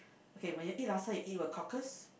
K when you eat laksa you eat with cockles